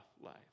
life